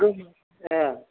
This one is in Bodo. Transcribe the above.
गोमोनसो